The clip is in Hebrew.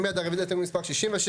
מי בעד רביזיה להסתייגות מספר 77?